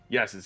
Yes